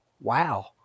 Wow